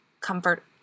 comfort –